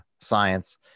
science